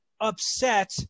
upset